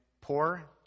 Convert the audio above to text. poor